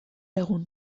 egun